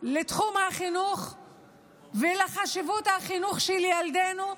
לתחום החינוך ולחשיבות החינוך של ילדינו,